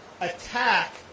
attack